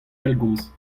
pellgomz